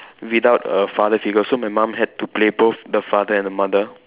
without a father figure so my mum had to play both the father and the mother